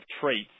traits